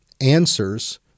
answers